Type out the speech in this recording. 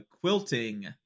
quilting